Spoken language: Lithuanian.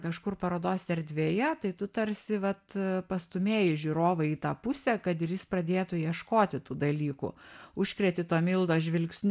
kažkur parodos erdvėje tai tu tarsi vat pastūmėji žiūrovą į tą pusę kad ir jis pradėtų ieškoti tų dalykų užkreti tuo mildos žvilgsniu